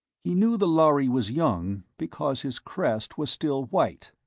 he knew the lhari was young because his crest was still white.